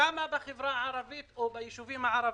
כמה דיור ציבורי יש בישובים הערבים?